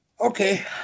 Okay